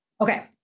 Okay